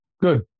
Good